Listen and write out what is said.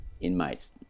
inmates